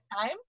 time